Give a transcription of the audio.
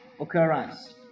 occurrence